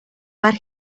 but